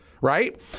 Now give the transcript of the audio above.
Right